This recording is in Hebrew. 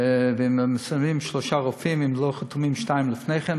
ואם שמים שלושה רופאים ולא חתומים שניים לפני כן,